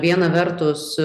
viena vertus